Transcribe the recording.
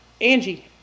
Angie